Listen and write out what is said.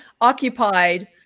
occupied